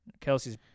Kelsey's